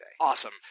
Awesome